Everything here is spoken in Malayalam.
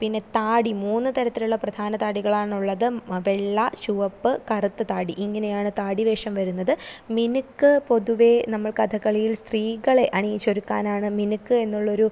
പിന്നെ താടി മൂന്നു തരത്തിലുള്ള പ്രധാന താടികളാണുള്ളത് വെള്ള ചുവപ്പ് കറുത്ത താടി ഇങ്ങനെയാണ് താടി വേഷം വരുന്നത് മിനുക്ക് പൊതുവേ നമ്മൾ കഥകളിയിൽ സ്ത്രീകളെ അണിയിച്ചൊരുക്കാനാണ് മിനുക്ക് എന്നുള്ളൊരു